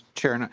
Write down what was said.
chair. and